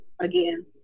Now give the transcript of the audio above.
again